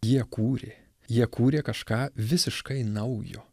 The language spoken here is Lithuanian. jie kūrė jie kūrė kažką visiškai naujo